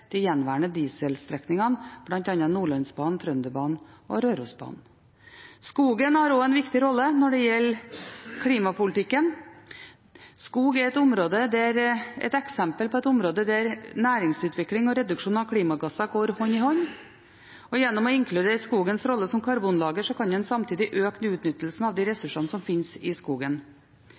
de gjenværende dieselstrekningene, bl.a. Nordlandsbanen, Trønderbanen og Rørosbanen. Skogen har også en viktig rolle når det gjelder klimapolitikken. Skog er et eksempel på et område der næringsutvikling og reduksjon av klimagasser går hånd i hånd, og gjennom å inkludere skogens rolle som karbonlager kan en samtidig øke utnyttelsen av de ressursene som fins i skogen.